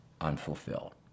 unfulfilled